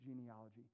genealogy